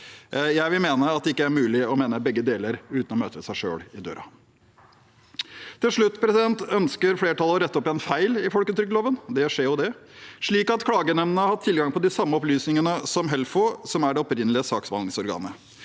Jeg vil mene at det ikke er mulig å mene begge deler uten å møte seg selv i døra. Til slutt ønsker flertallet å rette opp en feil i folketrygdloven – det skjer jo, det – slik at klagenemnden har tilgang på de samme opplysningene som Helfo, som er det opprinnelige saksbehandlingsorganet.